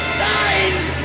signs